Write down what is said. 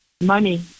money